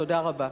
תודה רבה.